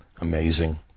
Amazing